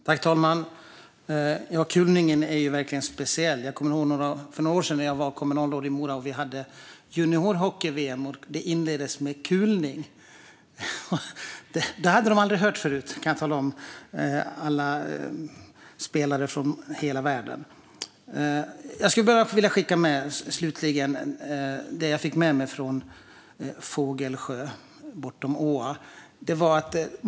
Fru talman! Kulning är verkligen speciellt. Jag minns när jag var kommunalråd i Mora och vi hade juniorhockey-VM. Det inleddes med kulning, och det hade de internationella spelarna aldrig hört förut. Låt mig slutligen skicka med det jag fick med mig från Fågelsjö gammelgård bortom åa.